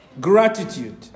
Gratitude